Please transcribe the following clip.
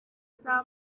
z’abana